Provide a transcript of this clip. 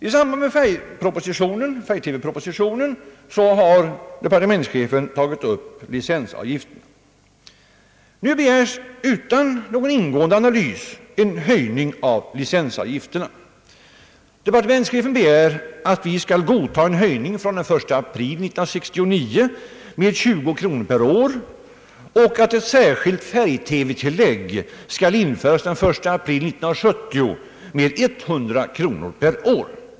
I samband med färg-TV-propositionen har departementschefen tagit upp frågan om licensavgifterna, och nu begärs utan någon ingående analys en höjning av dessa avgifter. Departementschefen begär att vi skall godta en höjning från den 1 april 1969 med 20 kronor per år och införande av ett särskilt färg-TV-tillägg den 1 april 1970 med 100 kronor per år.